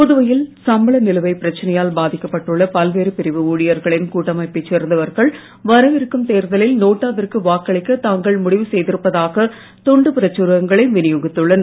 புதுவையில் சம்பள நிலுவைப் பிரச்சனையால் பாதிக்கப் பட்டுள்ள பல்வேறு பிரிவு ஊழியர்களின் கூட்டமைப்பைச் சேர்ந்தவர்கள் வரவிருக்கும் தேர்தலில் நோட்டா விற்கு வாக்களிக்க தாங்கள் முடிவு செய்திருப்பதாக துண்டுப் பிரசுரங்களை வினியோகித்துள்ளனர்